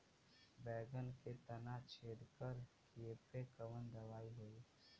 बैगन के तना छेदक कियेपे कवन दवाई होई?